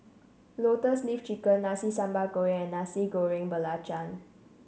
Lotus Leaf Chicken Nasi Sambal Goreng and Nasi Goreng Belacan